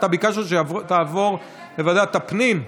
אתה ביקשת שתעבור לוועדת הפנים?